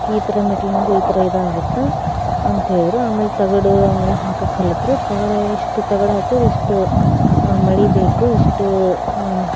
ಈ ಥರ ಮೆಟ್ಟಿಲು ಮಾಡಿದರೆ ಈ ಥರ ಇದಾಗುತ್ತೆ ಅಂತೇಳಿದ್ರು ಅಮೇಲೆ ತಗಡು ಅವನ್ನೆಲ್ಲ ಹಾಕೋಕೆ ಕಲಿತ್ರು ತಗಡು ಇಷ್ಟು ತಗಡು ಹಾಕಿದರೆ ಇಷ್ಟು ಮೊಳೆ ಬೇಕು ಇಷ್ಟು